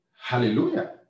Hallelujah